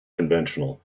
conventional